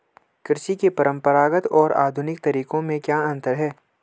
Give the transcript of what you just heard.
कृषि के परंपरागत और आधुनिक तरीकों में क्या अंतर है?